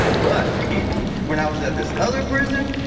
but when i was at this other prison,